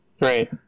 Right